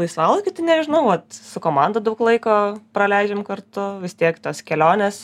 laisvalaikiu tai nežinau vat su komanda daug laiko praleidžiam kartu vis tiek tos kelionės